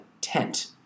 tent